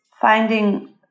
finding